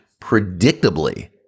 predictably